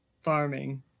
farming